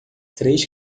três